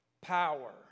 power